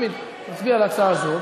נצביע על ההצעה הזאת,